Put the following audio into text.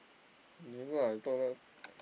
do you know I told them